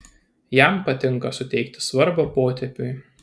jam patinka suteikti svarbą potėpiui